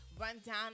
rundown